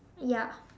ya